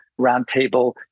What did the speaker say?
roundtable